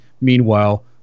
Meanwhile